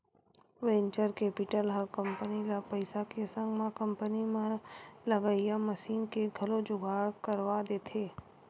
venture capital ह company ल पइसा के संग म कंपनी म लगइया मसीन के घलो जुगाड़ करवा देथे